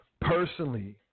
personally